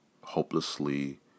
hopelessly